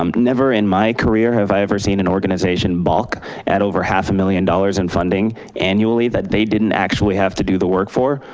um never in my career have i ever seen an organization balk at over half a million dollars in funding annually that they didn't actually have to do the work for,